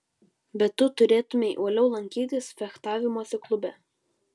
bet tu turėtumei uoliau lankytis fechtavimosi klube